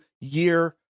year